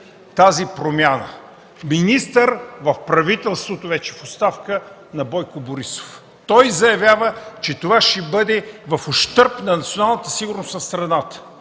тази промяна. Министър в правителството на Бойко Борисов в оставка заявява, че това ще бъде в ущърб на националната сигурност на страната,